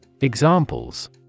Examples